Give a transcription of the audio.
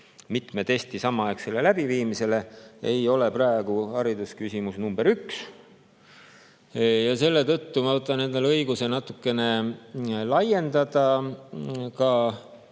mitme testi samaaegsele läbiviimisele, ei ole praegu haridusküsimus number üks. Ja selle tõttu ma võtan endale õiguse natukene laiendada seda